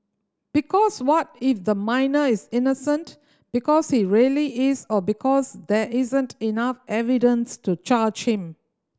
because what if the minor is innocent because he really is or because there isn't enough evidence to charge him